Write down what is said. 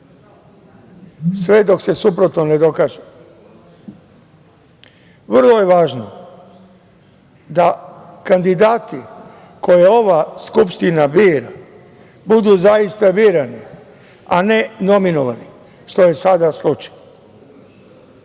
sve dok se suprotno ne dokaže. Vrlo je važno da kandidati koje ova Skupština bira budu zaista birani, a ne nominovani, što je sada slučaj.